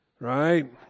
right